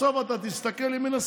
בסוף אתה תסתכל ימינה,